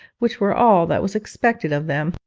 which were all that was expected of them,